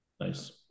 Nice